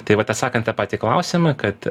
tai vat atsakant tą patą klausimą kad